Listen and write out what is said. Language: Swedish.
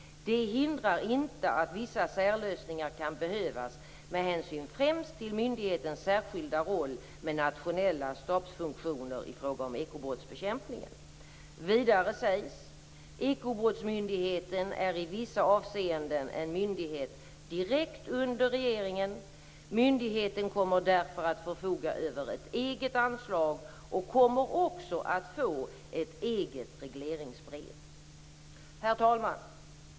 Det hindrar inte att vissa särlösningar kan behövas med hänsyn främst till myndighetens särskilda roll med nationella stabsfunktioner i fråga om ekobrottsbekämpningen. Vidare sägs: Ekobrottsmyndigheten är i vissa avseenden en myndighet direkt under regeringen. Myndigheten kommer därför att få foga över ett eget anslag och kommer också att få ett eget regleringsbrev. Herr talman!